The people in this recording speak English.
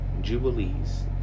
Jubilees